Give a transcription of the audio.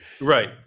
Right